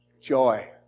Joy